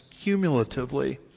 cumulatively